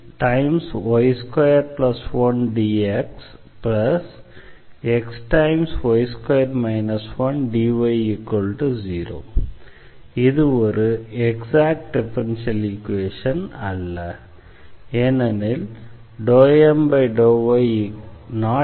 yy21dxxy2 1dy0 இது ஒரு exact differential equation அல்ல ஏனெனில் ∂M∂y∂N∂x